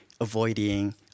avoiding